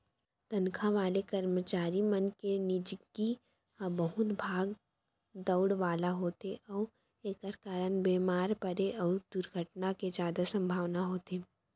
तनखा वाले करमचारी मन के निजगी ह बहुत भाग दउड़ वाला होथे अउ एकर कारन बेमार परे अउ दुरघटना के जादा संभावना होथे